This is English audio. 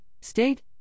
state